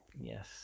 Yes